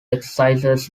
exercises